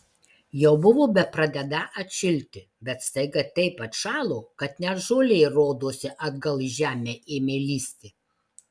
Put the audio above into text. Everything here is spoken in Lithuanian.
jau buvo bepradedą atšilti bet staiga taip atšalo kad net žolė rodosi atgal į žemę ėmė lįsti